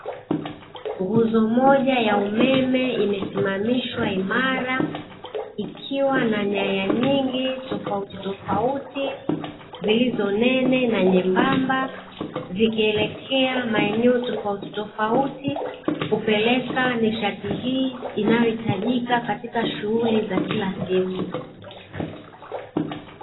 Nguzo moja ya umeme imesimamishwa imara, ikiwa na nyaya nyingi tofautitofauti, zilizo nene na nyembamba, zikielekea maeneo tofautofauti kupeleka nishati hii inayohitajika katika shughuli za kila siku.